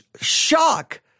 shock